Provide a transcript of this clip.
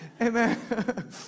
Amen